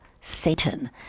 Satan